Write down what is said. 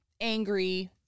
angry